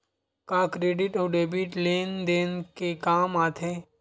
का क्रेडिट अउ डेबिट लेन देन के काम आथे?